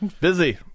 Busy